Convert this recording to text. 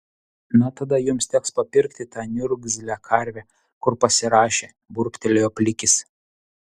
na tada jums teks papirkti tą niurgzlę karvę kur pasirašė burbtelėjo plikis